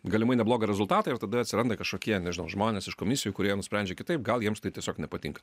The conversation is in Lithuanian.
galimai neblogą rezultatą ir tada atsiranda kažkokie nežinau žmonės iš komisijų kurie nusprendžia kitaip gal jiems tai tiesiog nepatinka